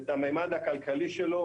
את הממד הכלכלי שלו,